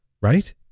Right